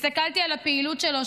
הסתכלתי על הפעילות שלו,